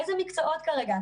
איזה מקצועות כרגע?